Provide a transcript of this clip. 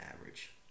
average